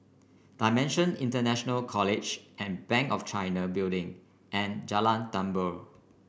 Dimension International College and Bank of China Building and Jalan Tambur